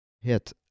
hit